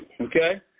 okay